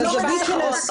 לא, את לא מנהלת את הדיון.